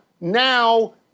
now